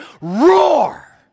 roar